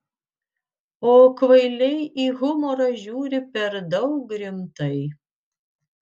o kvailiai į humorą žiūri per daug rimtai